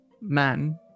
man